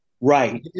Right